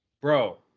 Bro